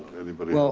anybody